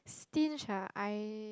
stinge ah I